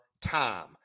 time